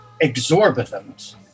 exorbitant